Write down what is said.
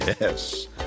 Yes